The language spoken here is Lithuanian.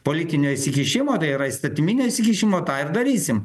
politinio įsikišimo tai yra įstatyminio įsikišimo tą ir darysim